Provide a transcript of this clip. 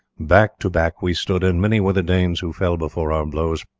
back to back we stood, and many were the danes who fell before our blows.